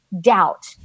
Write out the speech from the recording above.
doubt